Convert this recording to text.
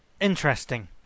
interesting